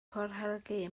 corhelgi